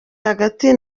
hagati